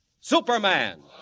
Superman